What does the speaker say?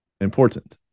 important